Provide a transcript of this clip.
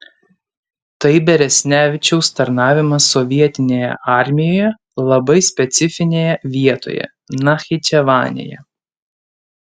tai beresnevičiaus tarnavimas sovietinėje armijoje labai specifinėje vietoje nachičevanėje